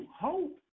hope